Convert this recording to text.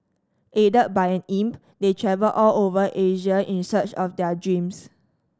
aided by an imp they travel all over Asia in search of their dreams